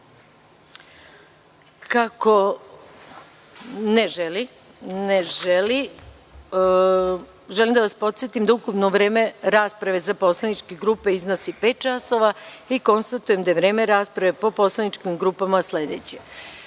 (Ne)Želim da vas podsetim da ukupno vreme rasprave za poslaničke grupe iznosi pet časova. Konstatujem da je vreme rasprave po poslaničkim grupama sledeće: